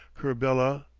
kerbella,